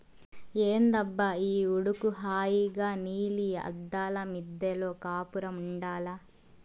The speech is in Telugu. ఏందబ్బా ఈ ఉడుకు హాయిగా నీలి అద్దాల మిద్దెలో కాపురముండాల్ల